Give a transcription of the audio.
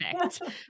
Perfect